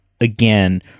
again